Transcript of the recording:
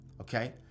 Okay